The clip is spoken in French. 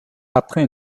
après